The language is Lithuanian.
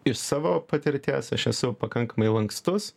iš savo patirties aš esu pakankamai lankstus